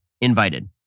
invited